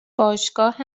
باشگاه